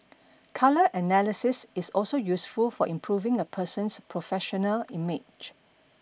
colour analysis is also useful for improving a person's professional image